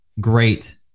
great